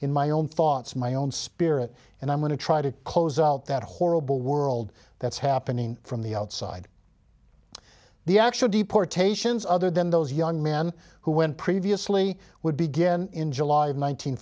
in my own thoughts my own spirit and i'm going to try to close out that horrible world that's happening from the outside the actual deportations other than those young men who went previously would begin in july